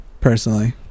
personally